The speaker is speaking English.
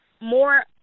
more